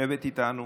לשבת איתנו